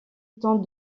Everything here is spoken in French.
tente